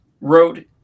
wrote